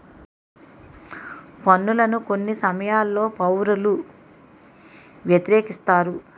పన్నులను కొన్ని సమయాల్లో పౌరులు వ్యతిరేకిస్తారు